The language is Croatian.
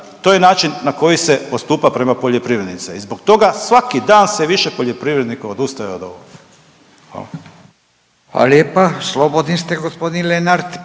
to je način na koji se postupa prema poljoprivrednicima i zbog toga svaki dan sve više poljoprivrednika odustaje od ovog. Hvala. **Radin, Furio (Nezavisni)**